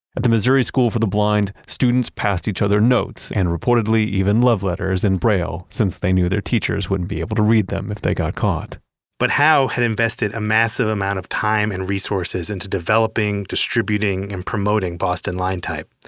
at the missouri school for the blind, students passed each other notes and reportedly even love letters in braille, since they knew their teachers wouldn't be able to read them if they got caught but howe had invested a massive amount of time and resources into developing, distributing, and promoting boston line type.